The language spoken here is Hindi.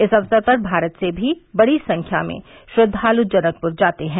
इस अवसर पर भारत से भी बड़ी संख्या में श्रद्धालु जनकपुर जाते हैं